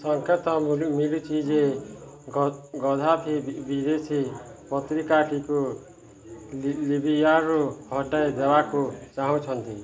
ସଙ୍କେତ ମିଳୁଛି ଯେ ଗଦ୍ଦାଫି ବିଦେଶୀ ପତ୍ରିକାଟିକୁ ଲିବିୟାରୁ ହଟାଇ ଦେବାକୁ ଚାହୁଁଛନ୍ତି